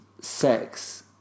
sex